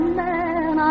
man